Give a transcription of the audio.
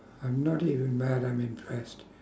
I'm not even mad I'm impressed